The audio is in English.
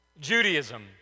Judaism